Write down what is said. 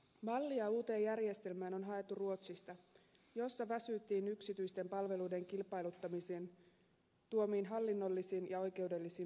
mallia uuteen järjestelmään on haettu ruotsista jossa väsyttiin yksityisten palveluiden kilpailuttamisen tuomiin hallinnollisiin ja oikeudellisiin ongelmiin